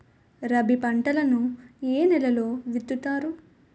రబీ పంటలను ఏ నెలలో విత్తుతారు?